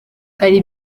hari